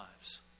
lives